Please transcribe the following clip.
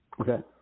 Okay